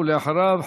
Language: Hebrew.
ואחריו,